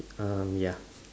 um ya